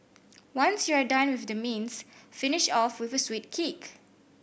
once you're done with the mains finish off with a sweet kick